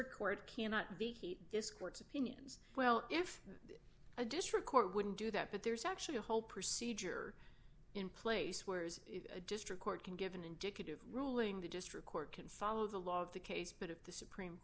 district court cannot be this court's opinions well if a district court wouldn't do that but there's actually a whole procedure in place where is a district court can give an indicative ruling the district court can follow the law of the case but if the supreme